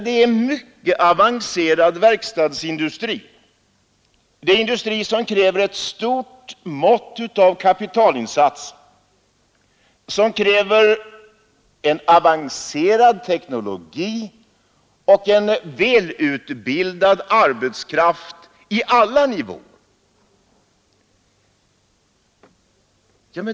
Det är en mycket avancerad verkstadsindustri, som kräver ett stort mått av kapitalinsatser, en avancerad teknologi och en välutbildad arbetskraft på alla nivåer.